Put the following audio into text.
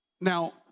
Now